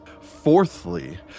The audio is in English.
Fourthly